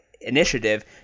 initiative